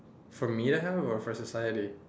for me to have or for society